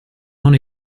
non